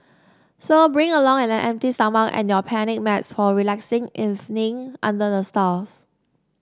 so bring along an empty stomach and your picnic mats for a relaxing evening under the stars